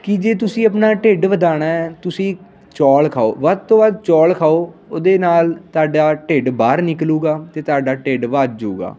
ਕਿ ਜੇ ਤੁਸੀਂ ਆਪਣਾ ਢਿੱਡ ਵਧਾਉਣਾ ਤੁਸੀਂ ਚੌਲ ਖਾਓ ਵੱਧ ਤੋਂ ਵੱਧ ਚੌਲ ਖਾਓ ਉਹਦੇ ਨਾਲ ਤੁਹਾਡਾ ਢਿੱਡ ਬਾਹਰ ਨਿਕਲੂਗਾ ਅਤੇ ਤੁਹਾਡਾ ਢਿੱਡ ਵੱਧ ਜਾਊਗਾ